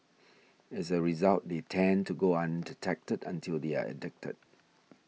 as a result they tend to go undetected until they are addicted